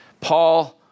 Paul